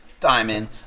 diamond